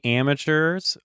amateurs